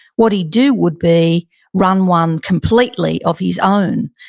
what he'd do would be run one completely of his own.